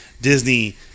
Disney